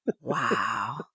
Wow